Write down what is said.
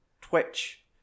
twitch